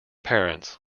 parents